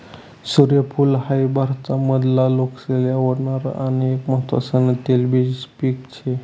सूर्यफूल हाई भारत मधला लोकेसले आवडणार आन एक महत्वान तेलबिज पिक से